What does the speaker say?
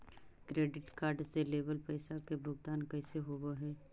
Credit card से लेवल पैसा के भुगतान कैसे होव हइ?